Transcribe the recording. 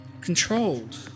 controlled